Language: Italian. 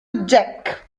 jack